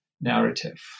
narrative